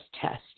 test